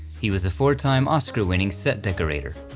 he was a four-time oscar winning set decorator.